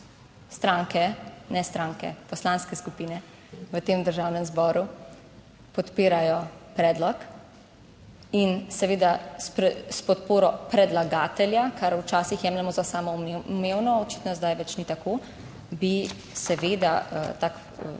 stranke, ne stranke, poslanske skupine v tem Državnem zboru podpirajo predlog. In seveda s podporo predlagatelja, kar včasih jemljemo za samoumevno, očitno zdaj več ni tako, bi seveda ta